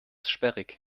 sperrig